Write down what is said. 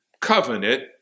covenant